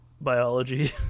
biology